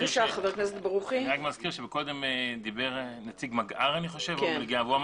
אני רק מזכיר שמקודם דיבר נציג מגער והוא אמר